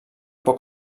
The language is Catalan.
poc